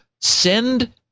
send